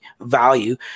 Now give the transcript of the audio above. value